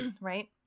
right